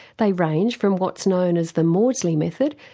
they range from what's known as the maudsley method,